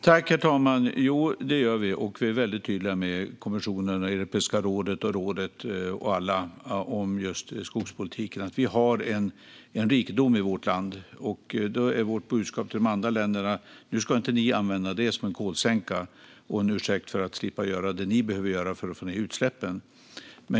Herr talman! Jo, det gör vi. Vi är väldigt tydliga gentemot kommissionen, Europeiska rådet, rådet och alla andra när det gäller just skogspolitiken. Vi har en rikedom i vårt land, och vårt budskap till de andra länderna är att de inte ska använda det som en kolsänka och en ursäkt för att slippa göra det de behöver göra för att få ned utsläppen.